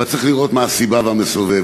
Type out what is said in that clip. אבל צריך לראות מה הסיבה והמסובב.